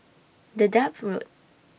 Dedap Road